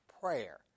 prayer